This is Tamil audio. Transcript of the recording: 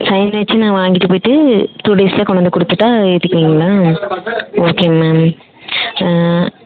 சைன் வச்சு நான் வாங்கிட்டு போய்ட்டு டூ டேஸ்ஸில் கொண்டு வந்து கொடுத்துட்டா ஏத்துப்பிங்களா ஓகேங்க மேம்